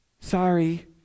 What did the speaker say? Sorry